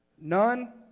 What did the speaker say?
None